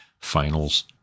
finals